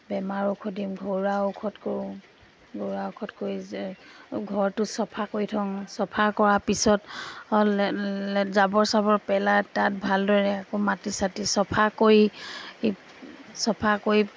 বেমাৰ ঔষধ দিম ঘৰুৱা ঔষধ কৰোঁ ঘৰুৱা ঔষধ কৰি যে ঘৰটো চফা কৰি থওঁ চফা কৰা পিছত জাবৰ চাবৰ পেলাই তাত ভালদৰে আকৌ মাটি চাটি চফা কৰি চফা কৰি